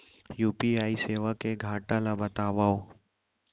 UPI सेवा के घाटा ल बतावव?